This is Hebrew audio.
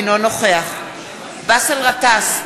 אינו נוכח באסל גטאס,